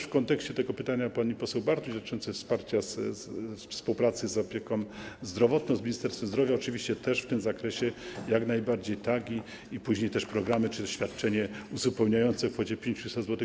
W kontekście tego pytania pani poseł Bartuś dotyczącego wsparcia współpracy z opieką zdrowotną, z Ministerstwem Zdrowia - oczywiście też w tym zakresie jak najbardziej tak, później też programy czy świadczenie uzupełniające w kwocie 500 zł.